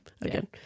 again